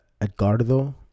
Edgardo